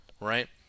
right